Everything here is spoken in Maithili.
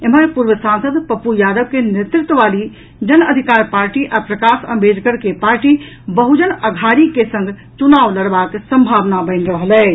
एम्हर पूर्व सांसद पप्पू यादव के नेतृत्व वाली जन अधिकार पार्टी आ प्रकाश अम्बेडकर के पार्टी बहुजन अघाड़ी के संग चुनाव लड़बाक सम्भावना बनि रहल अछि